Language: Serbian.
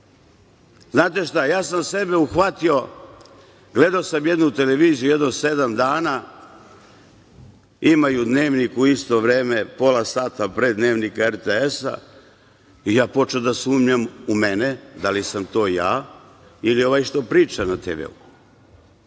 itd? Znate šta, ja sam sebe uhvatio, gledao sam jednu televiziju jedno sedam dana, imaju dnevnik u isto vreme, posla sata pre dnevnika RTS-a i ja počeo da sumnjam u mene, da li sam to ja ili ovaj što priča na TV-u.